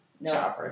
No